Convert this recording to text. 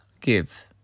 Give